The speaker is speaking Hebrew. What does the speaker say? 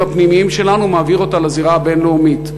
הפנימיים שלנו ומעביר אותה לזירה הבין-לאומית.